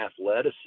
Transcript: athleticism